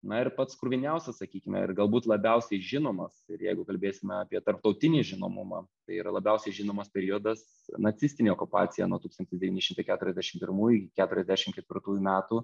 na ir pats kruviniausias sakykime ir galbūt labiausiai žinomas ir jeigu kalbėsime apie tarptautinį žinomumą tai yra labiausiai žinomas periodas nacistinė okupacija nuo tūkstantis devyni šimtai keturiasdešim pirmųjų iki keturiasdešim ketvirtųjų metų